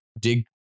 Dig